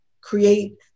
create